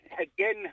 Again